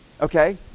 Okay